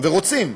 ורוצים,